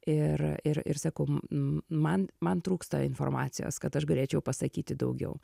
ir ir ir sakau m m man man trūksta informacijos kad aš galėčiau pasakyti daugiau